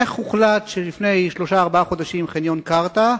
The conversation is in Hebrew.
איך הוחלט שלפני שלושה-ארבעה חודשים חניון קרתא,